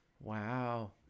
Wow